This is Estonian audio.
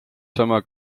sama